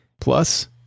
Plus